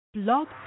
Blog